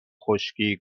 خشکی